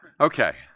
Okay